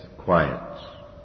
Quiet